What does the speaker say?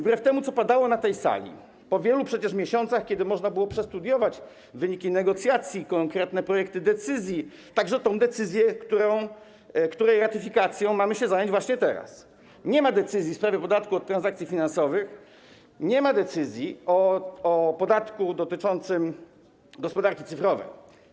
Wbrew temu, co padało na tej sali - po wielu przecież miesiącach, kiedy można było przestudiować wyniki negocjacji, konkretne projekty decyzji, także tę decyzję, której ratyfikacją mamy się zająć właśnie teraz - nie ma decyzji w sprawie podatku od transakcji finansowych, nie ma decyzji o podatku dotyczącym gospodarki cyfrowej.